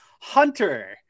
hunter